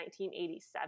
1987